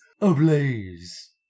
ablaze